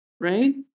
right